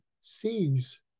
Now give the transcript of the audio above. sees